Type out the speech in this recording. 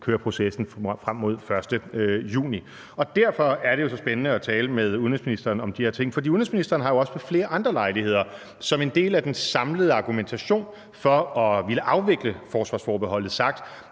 køre processen frem mod 1. juni. Og derfor er det jo så spændende at tale med udenrigsministeren om de her ting. For udenrigsministeren har jo også ved flere andre lejligheder som en del af den samlede argumentation for at ville afvikle forsvarsforbeholdet sagt,